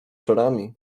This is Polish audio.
czorami